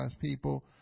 people